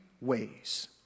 ways